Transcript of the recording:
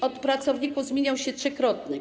PIT od pracowników zmieniał się trzykrotnie.